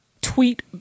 tweet